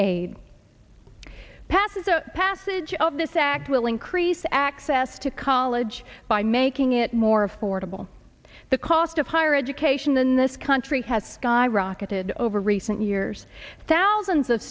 the passage of this act will increase access to college by making it more affordable the cost of higher education than this country has skyrocketed over recent years thousands of